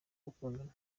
bakundana